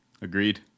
Agreed